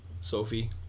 Sophie